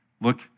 look